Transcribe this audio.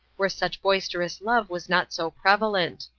where such boisterous love was not so prevalent.